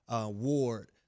Ward